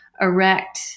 erect